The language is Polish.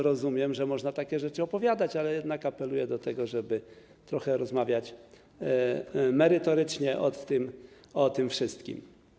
Rozumiem, że można takie rzeczy opowiadać, ale jednak apeluję o to, żeby rozmawiać merytorycznie o tym wszystkim.